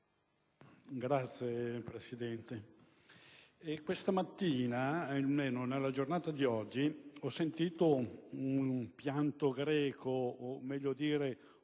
Grazie, Presidente.